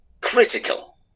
critical